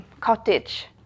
cottage